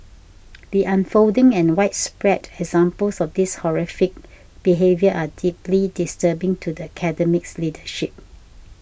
the unfolding and widespread examples of this horrific behaviour are deeply disturbing to the Academy's leadership